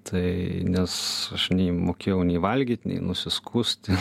tai nes aš nei mokėjau nei valgyt nei nusiskusti